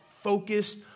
focused